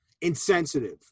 insensitive